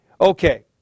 okay